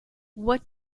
what